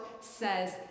says